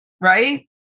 right